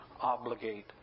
obligate